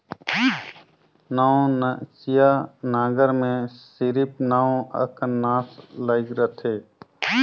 नवनसिया नांगर मे सिरिप नव अकन नास लइग रहथे